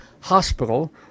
Hospital